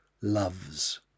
loves